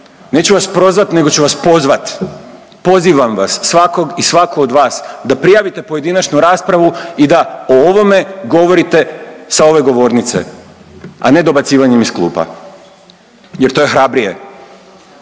Neću vas prozvat nego ću vas pozvat. Pozivam vas, svakog i svaku od vas da prijavite pojedinačnu raspravu i da o ovome govorite sa ove govornice, a ne dobacivanjem iz klupa jer to je hrabrije.